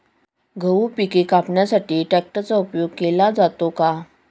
गहू पिके कापण्यासाठी ट्रॅक्टरचा उपयोग केला जातो का?